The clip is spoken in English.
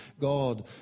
God